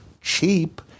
cheap